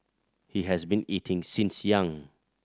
he has been eating since young